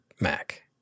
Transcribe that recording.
MAC